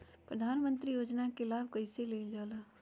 प्रधानमंत्री योजना कि लाभ कइसे लेलजाला?